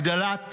הגדלת